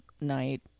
night